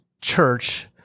church